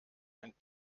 ein